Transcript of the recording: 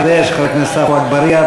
אני יודע שחבר הכנסת עפו אגבאריה,